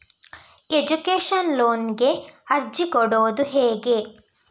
Education ಲೋನಿಗೆ ಅರ್ಜಿ ಕೊಡೂದು ಹೇಗೆ?